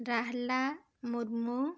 Rahala Murmu